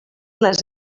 les